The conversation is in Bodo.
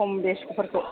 खम बेसफोरखौ